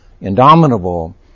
indomitable